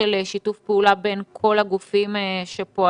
של שיתוף פעולה בין כל הגופים שפועלים.